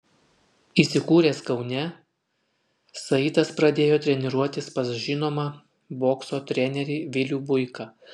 įsikūręs kaune saitas pradėjo treniruotis pas žinomą bokso trenerį vilių buiką